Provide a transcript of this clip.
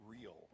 real